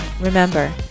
remember